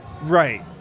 Right